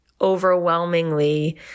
overwhelmingly